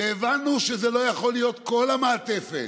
והבנו שזו לא יכולה להיות כל המעטפת.